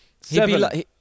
Seven